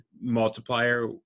multiplier